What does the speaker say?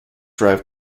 drive